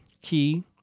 key